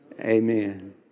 Amen